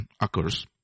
occurs